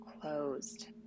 closed